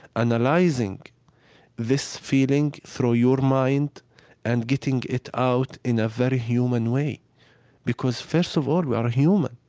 analyzing this feeling through your mind and getting it out in a very human way because, first of all, we are human